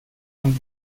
von